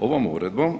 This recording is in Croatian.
Ovom uredbom